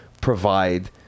provide